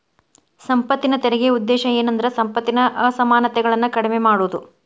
ಸಂಪತ್ತಿನ ತೆರಿಗೆ ಉದ್ದೇಶ ಏನಂದ್ರ ಸಂಪತ್ತಿನ ಅಸಮಾನತೆಗಳನ್ನ ಕಡಿಮೆ ಮಾಡುದು